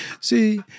See